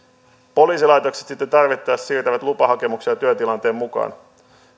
poliisilaitokset sitten tarvittaessa siirtävät lupahakemuksia työtilanteen mukaan